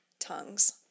tongues